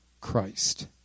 Christ